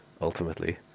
ultimately